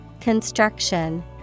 Construction